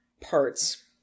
parts